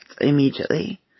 immediately